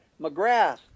McGrath